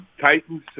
Titans